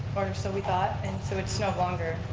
or so we thought and so it's no longer